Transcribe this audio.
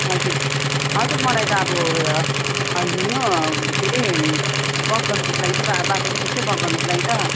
हजुर हजुर मलाई त अब हेर्नु अब के अरे वाल्क गर्नको लागि त बाटोमा त्यसै वाल्क गर्नुको लागि त